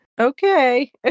Okay